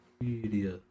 Media